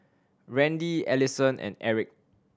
Randi Ellison and Erick